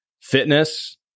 Fitness